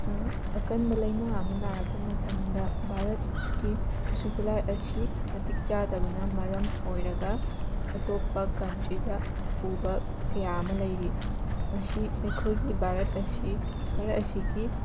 ꯑꯀꯟꯕ ꯂꯩꯅꯥ ꯑꯃ ꯅꯥꯔꯛꯄ ꯃꯇꯝꯗ ꯕꯥꯔꯠꯀꯤ ꯈꯨꯠꯁꯨ ꯈꯨꯠꯂꯥꯏ ꯑꯁꯤ ꯃꯇꯤꯛ ꯆꯥꯗꯕꯅ ꯃꯔꯝ ꯑꯣꯏꯔꯒ ꯑꯇꯣꯞꯄ ꯀꯟꯇ꯭ꯔꯤꯗ ꯄꯨꯕ ꯀꯌꯥ ꯑꯃ ꯂꯩꯔꯤ ꯃꯁꯤ ꯑꯩꯈꯣꯏꯒꯤ ꯕꯥꯔꯠ ꯑꯁꯤ ꯕꯥꯔꯠ ꯑꯁꯤꯒꯤ